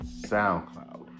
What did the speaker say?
SoundCloud